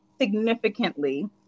significantly